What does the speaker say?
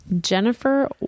Jennifer